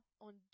on